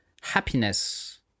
happiness